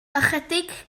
ychydig